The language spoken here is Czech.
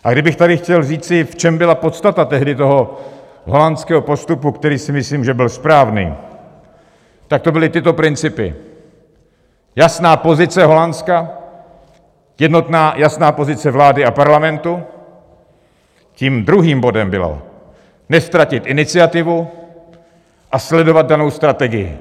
A kdybych tady chtěl říci, v čem byla podstata tehdy toho holandského postupu, který si myslím, že byl správný, tak to byly tyto principy: jasná pozice Holandska, jednotná, jasná pozice vlády a parlamentu, tím druhým bodem bylo neztratit iniciativu a sledovat danou strategii.